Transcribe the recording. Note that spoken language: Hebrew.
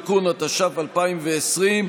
(תיקון), התש"ף 2020,